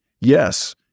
yes